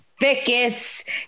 thickest